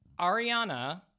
Ariana